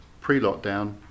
pre-lockdown